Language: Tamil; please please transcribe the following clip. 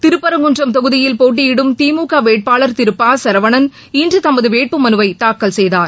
திருப்பரங்குன்றம் தொகுதியில் போட்டியிடும் திமுகவேட்பாளர் திரு ப சரவணன் இன்றுதமதுவேட்புமனுவைதாக்கல் செய்தார்